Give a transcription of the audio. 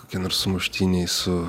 kokie nors sumuštiniai su